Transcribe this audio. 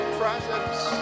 presence